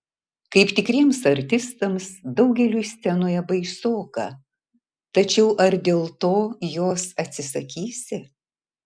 kaip tikriems artistams daugeliui scenoje baisoka tačiau ar dėl to jos atsisakysi